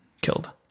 killed